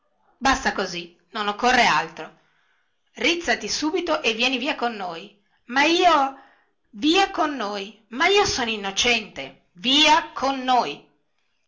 basta così non occorre altro rìzzati subito e vieni via con noi ma io via con noi ma io sono innocente via con noi